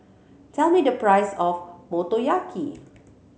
tell me the price of Motoyaki